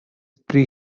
pre